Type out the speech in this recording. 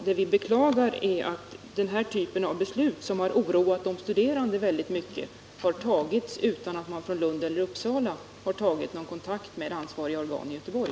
Vad vi beklagar är att den här typen av beslut, som har oroat de studerande mycket, har fattats utan att man i Lund eller Uppsala tagit någon kontakt med ansvariga organ i Göteborg.